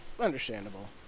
understandable